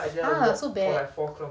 !huh! so bad